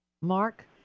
Mark